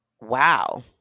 wow